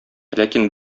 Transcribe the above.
ләкин